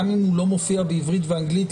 גם אם הוא לא מופיע בעברית ואנגלית,